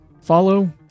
follow